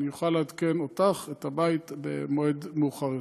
אוכל לעדכן אותך ואת הבית במועד מאוחר יותר.